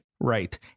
Right